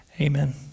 Amen